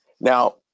Now